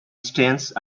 stands